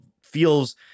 feels